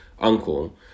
uncle